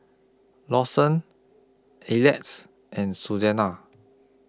Lawson Elliott's and Susanna